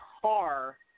car